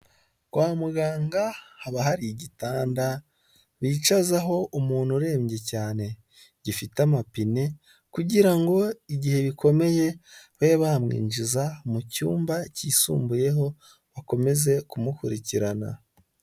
Kwa muganga haba hari igitanda bicazaho umuntu urembye cyane, gifite amapine kugira ngo igihe bikomeye babe bamwinjiza mu cyumba cyisumbuyeho bakomeze kumukurikirana.